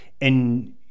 and-